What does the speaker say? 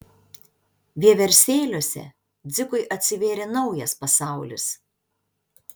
vieversėliuose dzikui atsivėrė naujas pasaulis